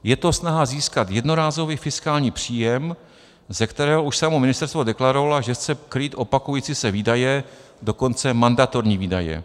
Je to snaha získat jednorázový fiskální příjem, ze kterého už samo ministerstvo deklarovalo, že chce krýt opakující se výdaje, dokonce mandatorní výdaje.